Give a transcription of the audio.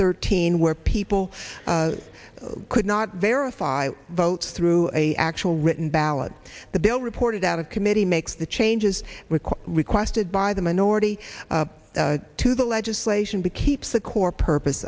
thirteen where people could not verify votes through a actual written ballot the bill reported out of committee makes the changes requested by the minority to the legislation be keeps the core purpose